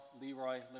Leroy